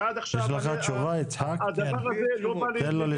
ועד עכשיו הדבר הזה לא בא --- אני אפנה אתכם